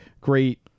great